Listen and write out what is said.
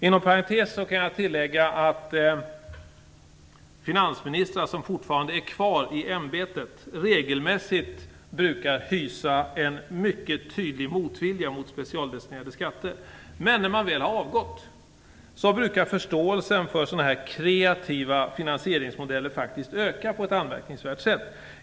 Inom parentes kan jag tillägga att finansministrar som fortfarande är kvar i ämbetet regelmässigt brukar hysa en mycket tydlig motvilja mot specialdestinerade skatter. När de väl avgått brukar förståelsen för dylika kreativa finansieringsmodeller faktiskt öka på ett anmärkningsvärt sätt.